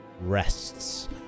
rests